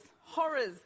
Horrors